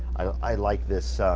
i like this.